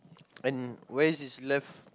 and where is his left